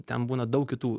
ten būna daug kitų